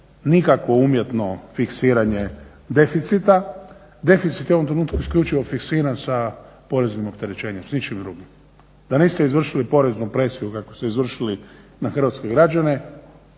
nikakvo umjetno fiksiranje deficita, deficit je u ovom trenutku isključivo fiksiran sa poreznim opterećenjem s ničim drugim. Da niste izvršili poreznu presiju kako ste izvršili na hrvatske građane